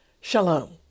Shalom